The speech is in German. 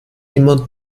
jemand